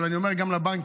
אבל אני אומר גם לבנקים,